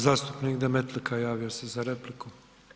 Zastupnik Demetlika javio se za repliku.